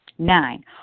nine